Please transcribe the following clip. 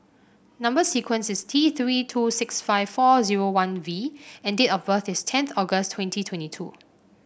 number sequence is T Three two six five four zero one V and date of birth is tenth August twenty twenty two